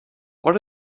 what